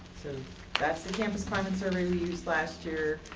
so that's the campus climate survey we used last year.